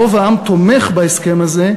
רוב העם תומך בהסכם הזה,